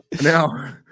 now